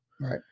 Right